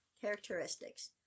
characteristics